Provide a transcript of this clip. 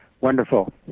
Wonderful